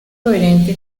coherente